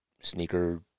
sneaker